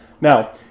Now